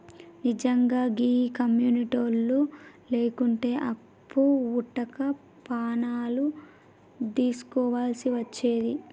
నిజ్జంగా గీ కమ్యునిటోళ్లు లేకుంటే అప్పు వుట్టక పానాలు దీస్కోవల్సి వచ్చేది